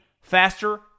faster